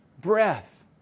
breath